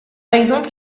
exemple